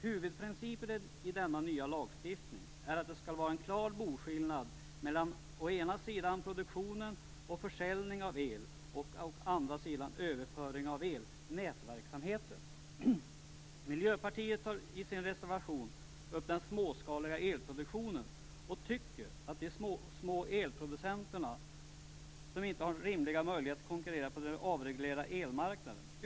Huvudprincipen i denna nya lagstiftning är att det skall vara en klar boskillnad mellan å ena sidan produktion och försäljning av el, å andra sidan överföring av el, nätverksamhet. Miljöpartiet tar i sin reservation upp den småskaliga elproduktionen och anför att de små elproducenterna inte har rimliga möjligheter att konkurrera på den avreglerade elmarknaden.